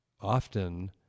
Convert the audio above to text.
often